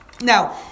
Now